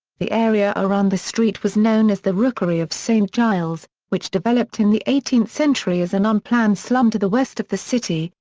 the area around the street was known as the rookery of st giles, which developed in the eighteenth century as an unplanned slum to the west of the city,